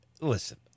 listen